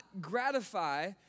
gratify